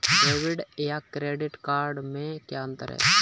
Debit या credit card में क्या अन्तर है?